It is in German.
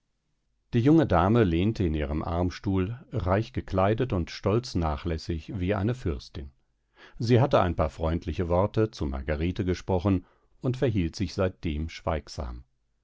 die junge dame lehnte in ihrem armstuhl reich gekleidet und stolz nachlässig wie eine fürstin sie hatte ein paar freundliche worte zu margarete gesprochen und verhielt sich seitdem schweigsam